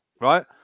right